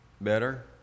better